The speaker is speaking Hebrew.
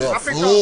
הפוך.